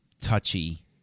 touchy